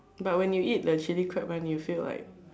but when you eat the chilli crab one you'll feel like